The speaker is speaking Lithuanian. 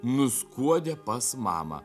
nuskuodė pas mamą